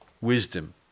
wisdom